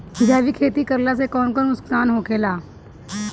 जैविक खेती करला से कौन कौन नुकसान होखेला?